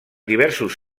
diversos